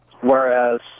Whereas